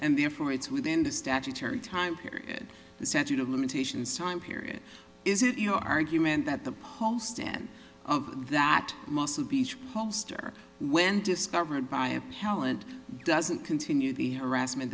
and therefore it's within the statutary time period the statute of limitations time period is it your argument that the post stand of that muscle beach poster when discovered by appellant doesn't continue the harassment